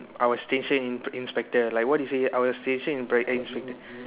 I was station inpr~ inspector like what you said I was station inprac~ inspector